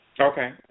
Okay